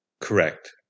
Correct